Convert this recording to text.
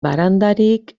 barandarik